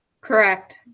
Correct